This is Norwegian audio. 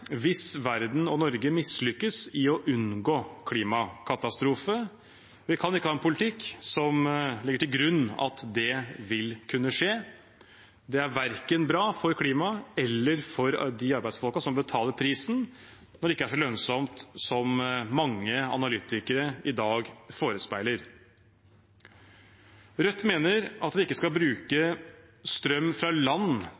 hvis verden og Norge mislykkes i å unngå klimakatastrofe. Vi kan ikke ha en politikk som legger til grunn at det vil kunne skje. Det er verken bra for klimaet eller for de arbeidsfolkene som betaler prisen når det ikke er så lønnsomt som mange analytikere i dag forespeiler. Rødt mener at vi ikke skal bruke strøm fra land